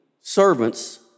servants